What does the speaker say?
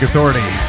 Authority